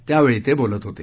त्यावेळी ते बोलत होते